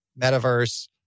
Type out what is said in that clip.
metaverse